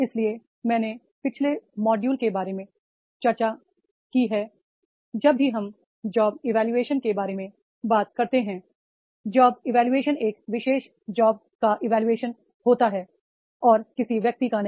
इसलिए मैंने पिछले मॉड्यूल के बारे में चर्चा की है जब भी हम जॉब्स इवोल्यूशन के बारे में बात करते हैं जॉब्स इवोल्यूशन एक विशेष जॉब्स का इवोल्यूशन होता है और किसी व्यक्ति का नहीं